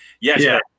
Yes